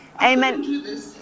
Amen